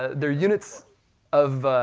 the units of